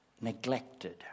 neglected